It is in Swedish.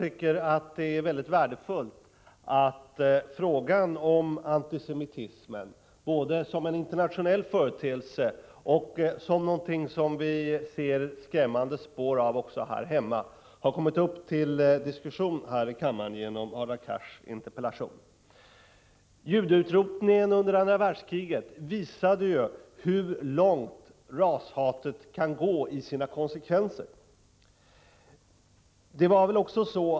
Herr talman! Det är mycket värdefullt att frågan om antisemitismen, både som internationell företeelse och som någonting som vi ser skrämmande spår av också här hemma, har kommit upp till diskussion i kammaren genom Hadar Cars interpellation. Judeutrotningen under andra världskriget visade ju vilka konsekvenser rashatet kan få.